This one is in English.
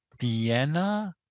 Vienna